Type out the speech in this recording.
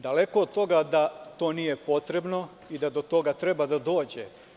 Daleko od toga da to nije potrebno i da do toga treba da dođe.